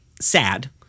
sad